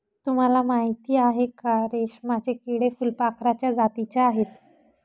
तुम्हाला माहिती आहे का? रेशमाचे किडे फुलपाखराच्या जातीचे आहेत